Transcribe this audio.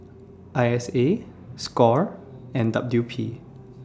I S A SCORE and W P